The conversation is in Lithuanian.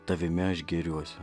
tavimi aš gėriuosi